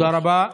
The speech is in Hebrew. תודה רבה.